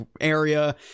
area